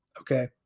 okay